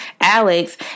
Alex